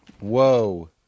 Whoa